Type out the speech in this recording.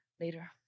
later